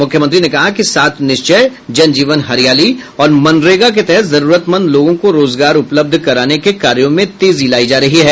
मुख्यमंत्री ने कहा कि सात निश्चय जन जीवन हरियाली और मनरेगा के तहत जरूरतमंद लोगों को रोजगार उपलब्ध कराने के कार्यों में तेजी लाई जा रही है